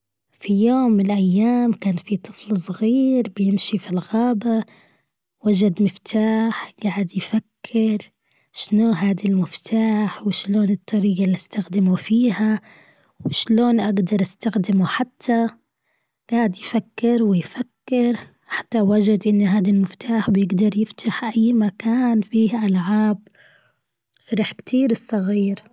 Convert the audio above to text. في يوم من الأيام كان في طفل صغير بيمشي في الغابة وجد مفتاح قاعد يفكر شنو هاد المفتاح وشلون الطريقة اللي أستخدموا فيها شلون أقدر أستخدمه حتى قاعد يفكر ويفكر حتى وجد هذا المفتاح بيقدر يفتح أي مكان فيه العاب. فرح كتير الصغير.